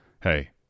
Hey